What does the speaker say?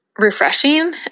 refreshing